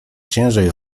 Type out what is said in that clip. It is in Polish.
ciężej